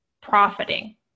profiting